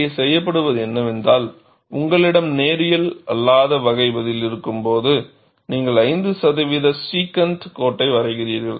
இங்கே செய்யப்படுவது என்னவென்றால் உங்களிடம் நேரியல் அல்லாத வகை பதில் இருக்கும்போது நீங்கள் 5 சதவீத சீகன்ட் கோட்டை வரைகிறீர்கள்